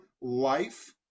life